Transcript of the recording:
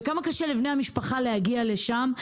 וכמה קשה לבני המשפחה להגיע לשם,